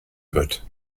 wird